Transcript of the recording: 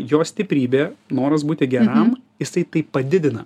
jo stiprybė noras būti geram jisai tai padidina